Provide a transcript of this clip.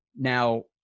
Now